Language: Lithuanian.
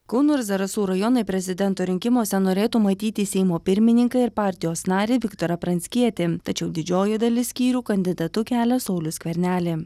kauno ir zarasų rajonai prezidento rinkimuose norėtų matyti seimo pirmininką ir partijos narį viktorą pranckietį tačiau didžioji dalis skyrių kandidatu kelia saulių skvernelį